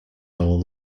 all